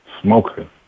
smoking